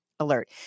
alert